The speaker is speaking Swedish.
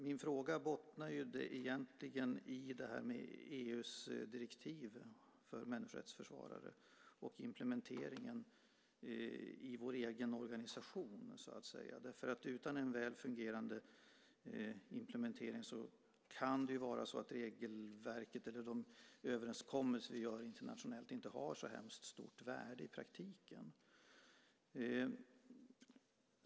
Min fråga bottnade egentligen i EU:s direktiv för människorättsförsvarare och implementeringen i vår egen organisation. Utan en väl fungerande implementering kanske regelverket eller de överenskommelser vi gör internationellt inte har så stort värde i praktiken.